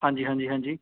ਹਾਂਜੀ ਹਾਂਜੀ ਹਾਂਜੀ